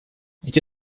эти